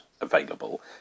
available